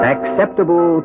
Acceptable